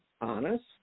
honest